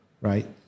Right